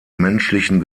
menschlichen